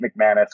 McManus